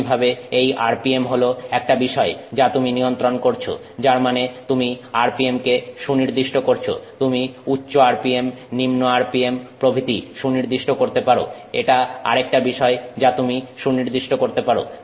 একইভাবে এই rpm হল একটা বিষয় যা তুমি নিয়ন্ত্রণ করছ যার মানে তুমি RPM কে সুনির্দিষ্ট করছো তুমি উচ্চ RPM নিম্ন RPM প্রভৃতি সুনির্দিষ্ট করতে পারো এটা আরেকটা বিষয় যা তুমি সুনির্দিষ্ট করতে পারো